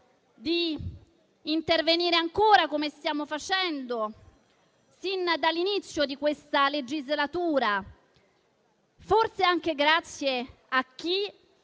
di intervenire ancora, come stiamo facendo sin dall'inizio della legislatura, forse anche grazie a chi